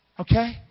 Okay